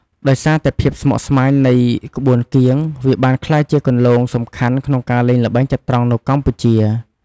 ដោយសារតែភាពស្មុគស្មាញនៃក្បួនគៀង វាបានក្លាយជាគន្លងសំខាន់ក្នុងការលេងល្បែងចត្រង្គនៅកម្ពុជា។